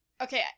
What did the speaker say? okay